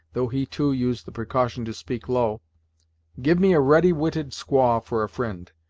though he too used the precaution to speak low give me a ready witted squaw for a fri'nd,